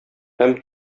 һәм